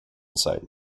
site